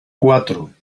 cuatro